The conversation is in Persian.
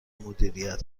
مدیریت